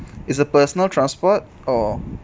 it's a personal transport or